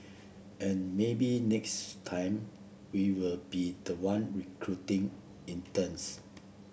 and maybe next time we will be the one recruiting interns